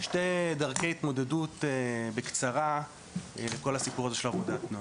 בקצרה שתי דרכי התמודדות לכל הנושא הזה של עבודת נוער.